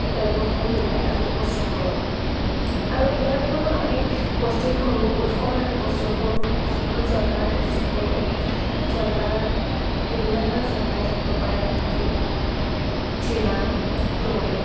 দ্ৰব্যসমূহ মিলাই আমি প্ৰস্তুত কৰোঁ আৰু ইয়াৰ উপৰিও আমি প্ৰস্তুত কৰোঁ উৎসৱত আমি প্ৰস্তুত কৰোঁ বিশেষকৈ জলপান প্ৰস্তুত কৰোঁ জলপানত বিভিন্ন ধৰণৰ জলপান থাকিব পাৰে চিৰা দৈ